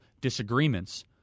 disagreements